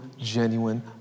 genuine